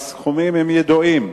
הסכומים ידועים,